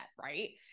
right